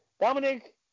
Dominic